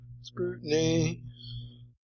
Scrutiny